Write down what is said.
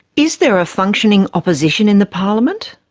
is there a functioning opposition in the parliament?